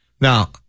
Now